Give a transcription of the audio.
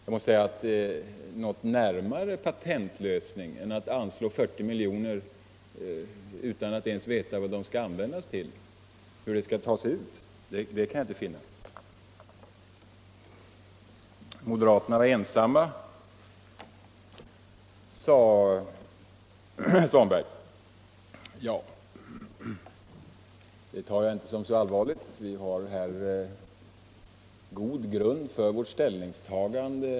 Jag måste säga att närmare en patentlösning än att anslå 40 milj.kr. utan att ens veta hur dessa pengar skall användas kan man inte komma. Moderaterna står ensamma, sade herr Svanberg. Ja, det uttalandet tar jag inte så hårt. Vi har alldeles uppenbarligen god grund för vårt ställningstagande.